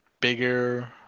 bigger